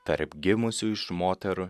tarp gimusių iš moterų